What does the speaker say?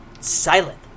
silent